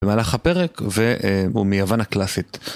במהלך הפרק והוא מיוון הקלאסית.